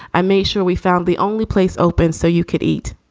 i made sure we found the only place open so you could eat.